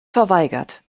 verweigert